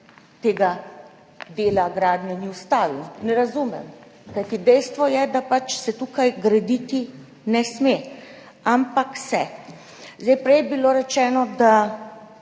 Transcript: tega dela gradnje ni ustavil, ne razumem, kajti dejstvo je, da se tukaj graditi ne sme, ampak se. Prej je bilo rečeno, da